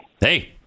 Hey